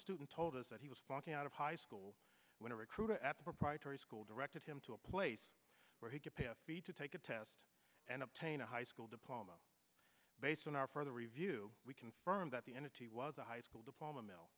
student told us that he was flunking out of high school when a recruiter at the proprietary school directed him to a place where he could pay a fee to take a test and obtain a high school diploma based on our further review we confirmed that the entity was a high school diploma m